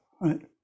right